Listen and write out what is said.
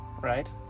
right